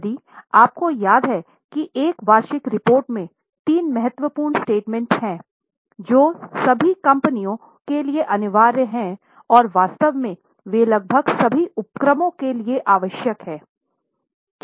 यदि आपको याद है कि एक वार्षिक रिपोर्ट में तीन महत्वपूर्ण स्टेटमेंट्स हैं जो सभी कंपनियों के लिए अनिवार्य है और वास्तव में वे लगभग सभी उपक्रमों के लिए आवश्यक हैं